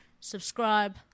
subscribe